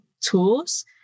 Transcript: tools